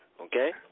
okay